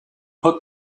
put